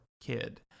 kid